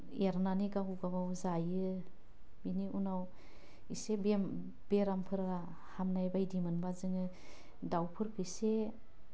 एरनानै गाव गाबागाव जायो बेनि उनाव एसे बेम बेरामफ्रा हामनायबायदि मोनबा जोङो दाउफोरखो एसे